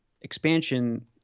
expansion